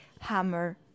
hammer